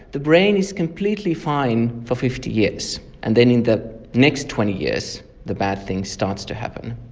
the brain is completely fine for fifty years, and then in the next twenty years, the bad thing starts to happen.